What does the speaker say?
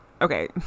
okay